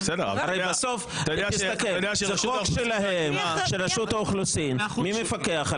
זה חוק שלהם, של רשות האוכלוסין, מי מפקח עליו?